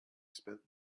spent